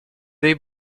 dei